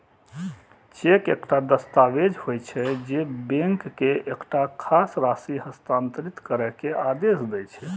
cheque एकटा दस्तावेज होइ छै, जे बैंक के एकटा खास राशि हस्तांतरित करै के आदेश दै छै